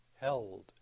held